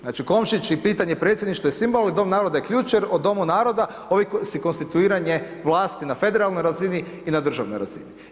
Znači Komšić i pitanje predsjedništva je simbol, ali dom naroda je ključ, jer o domu naroda, ovisi konstituiranje vlasti na federalnoj razini i na državnoj razini.